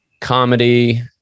comedy